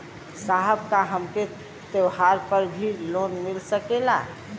साहब का हमके त्योहार पर भी लों मिल सकेला?